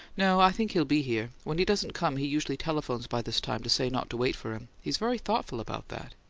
no i think he'll be here. when he doesn't come he usually telephones by this time to say not to wait for him he's very thoughtful about that.